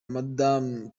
madame